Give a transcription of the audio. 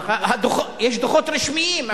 יש דוחות רשמיים.